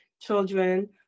children